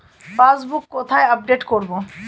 Passbook কোথায় update করব?